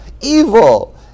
evil